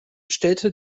stellte